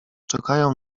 czekają